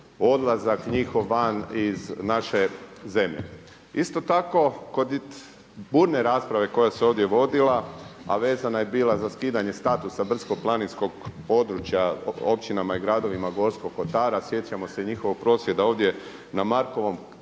odlazak njihov van iz naše zemlje. Isto tako kod burne rasprave koja se ovdje vodila a vezana je bila za skidanje statusa brdsko-planinskog područja o općinama i gradovima Gorskog kotara, sjećamo se njihovog prosvjeda ovdje na Markovom trgu,